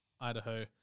Idaho